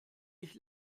ich